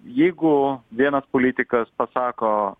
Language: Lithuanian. jeigu vienas politikas pasako